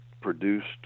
produced